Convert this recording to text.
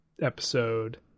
episode